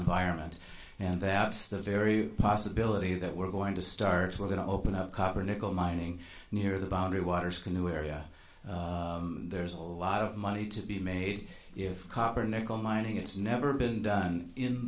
environment and that it's the very possibility that we're going to start we're going to open up copper nickel mining near the boundary waters canoe area there's a lot of money to be made if copper nickel mining it's never been done in